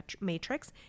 matrix